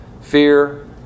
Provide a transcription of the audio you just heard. fear